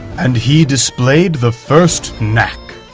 and he displayed the first knack.